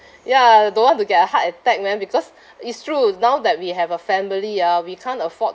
ya don't want to get a heart attack man because it's true now that we have a family ah we can't afford